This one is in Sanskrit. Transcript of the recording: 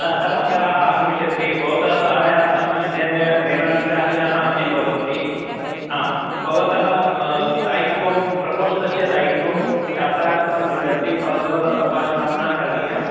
कर्मकराः आगमिष्यन्ति भवतः सहायर्थम् अन्ये अन्ये मेलाधिकारिणः अपि भवन्ति आं भवतः दायित्वं प्रकोष्ठस्य दायित्वं छात्राः कथं लिखन्ति परस्परसम्भाषणं न करणीयम्